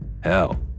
Hell